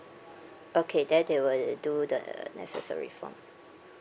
okay then they will do the necessary form